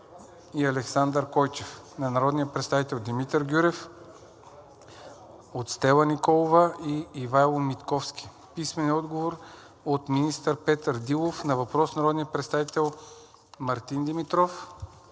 Митковски; - министър Петър Дилов на въпрос на народния представител Мартин Димитров;